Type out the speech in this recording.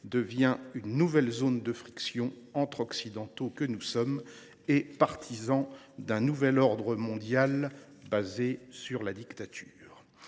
devient une nouvelle zone de friction entre les Occidentaux que nous sommes et les partisans d’un nouvel ordre mondial fondé sur la dictature.